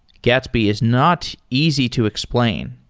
gatsby is not easy to explain.